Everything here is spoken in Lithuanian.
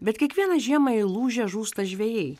bet kiekvieną žiemą įlūžę žūsta žvejai